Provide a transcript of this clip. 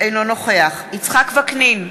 אינו נוכח יצחק וקנין,